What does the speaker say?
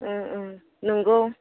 नंगौ